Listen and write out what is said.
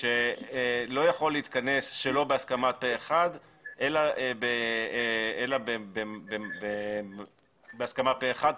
והוא לא יכול להתכנס שלא בהסכמת אחד אלא בהסכמה פה אחד.